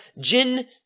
Jin